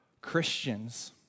Christians